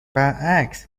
برعکس